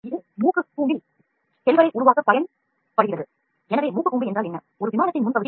விமானத்தின் மூக்கு கூம்பு நோஸ் என்று அழைக்கப்படும்